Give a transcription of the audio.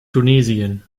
tunesien